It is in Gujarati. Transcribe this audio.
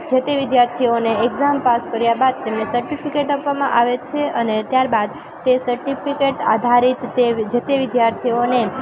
જેતે વિદ્યાર્થીઓને એક્ઝામ પાસ કર્યા બાદ તેમને સર્ટિફિકેટ આપવામાં આવે છે અને ત્યારબાદ તે સર્ટિફિકેટ આધારિત તે જેતે વિદ્યાર્થીઓને